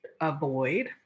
avoid